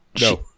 No